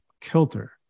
kilter